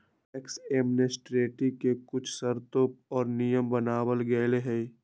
tax amnesty के कुछ शर्तें और नियम बनावल गयले है